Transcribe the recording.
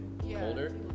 colder